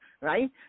right